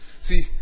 See